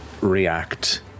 react